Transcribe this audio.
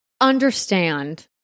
understand